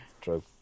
true